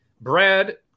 Brad